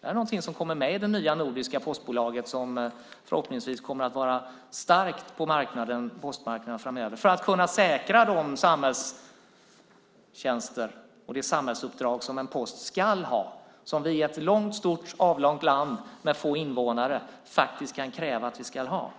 Det är någonting som kommer med i det nya nordiska postbolaget, som förhoppningsvis kommer att vara starkt på postmarknaden framöver för att kunna säkra de samhällstjänster och det samhällsuppdrag som en post ska ha och som vi i ett långt, stort och avlångt land med få invånare kan kräva att vi ska ha.